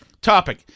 topic